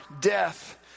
death